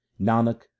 Nanak